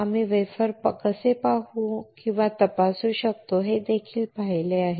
आम्ही वेफर कसे पाहू किंवा तपासू शकतो हे देखील पाहिले आहे